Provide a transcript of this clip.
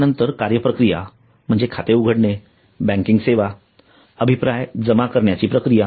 यानंतर कार्य प्रक्रिया म्हणजे खाते उघडणे बँकिंग सेवा अभिप्राय जमा करण्याची प्रक्रिया